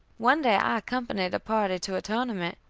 one day i accompanied a party to a tournament,